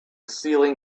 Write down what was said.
ceiling